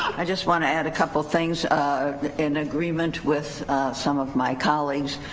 i just want to add a couple things in agreement with some of my colleagues.